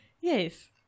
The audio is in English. Yes